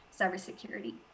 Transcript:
cybersecurity